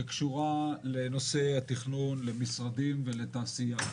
שקשורה לנושא התכנון, למשרדים ולתעשייה.